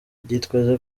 byitezwe